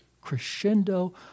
crescendo